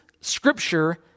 scripture